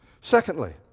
secondly